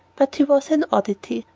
but he was an oddity,